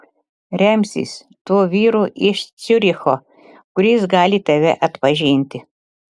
remsis tuo vyru iš ciuricho kuris gali tave atpažinti